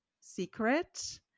secret